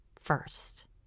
first